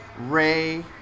Ray